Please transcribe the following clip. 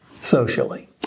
socially